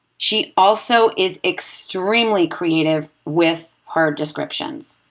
she also is extremely creative with her descriptions.